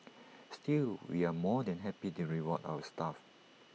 still we are more than happy to reward our staff